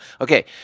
Okay